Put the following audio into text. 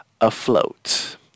afloat